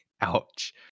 Ouch